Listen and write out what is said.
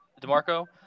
DeMarco